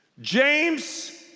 James